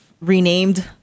renamed